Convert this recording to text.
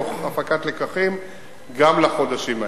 תוך הפקת לקחים גם לחודשים האלה.